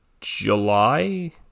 July